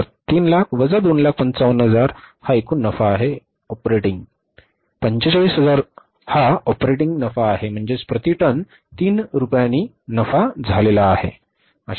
तर 300000 वजा 255000 हा एकूण नफा आहे ऑपरेटिंग नफा म्हणजे 45000 रुपये आणि प्रति टन नफा म्हणजे 3 रुपये ज्याचा आपण हिशोब केला आहे बरोबर